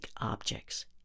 objects